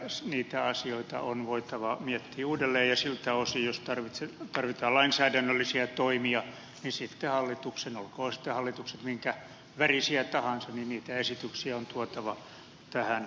kyllä niitä asioita on voitava miettiä uudelleen ja siltä osin jos tarvitaan lainsäädännöllisiä toimia sitten hallituksen olkoon minkä värinen tahansa niitä esityksiä on tuotava tähän taloon